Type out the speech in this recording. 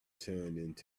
turned